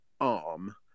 arm